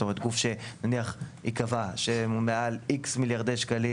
זאת אומרת גוף שייקבע שמעל X מיליארדי שקלים